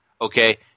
Okay